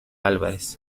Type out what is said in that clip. álvarez